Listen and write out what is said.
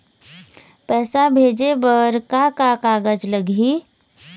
पैसा भेजे बर का का कागज लगही?